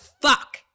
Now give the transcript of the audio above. fuck